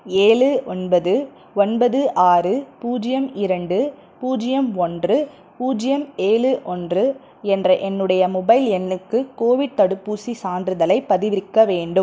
ஏழு ஒன்பது ஒன்பது ஆறு பூஜ்ஜியம் இரண்டு பூஜ்ஜியம் ஓன்று பூஜ்ஜியம் ஏழு ஓன்று என்ற என்னுடைய மொபைல் எண்ணுக்கு கோவிட் தடுப்பூசிச் சான்றிதழைப் பதிவிறக்க வேண்டும்